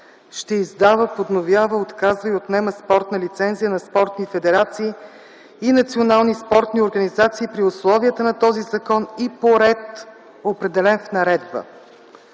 ще издава, подновява, отказва и отнема спортна лицензия на спортни федерации и национални спортни организации при условията на този закон и по ред, определен с наредба.